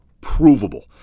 provable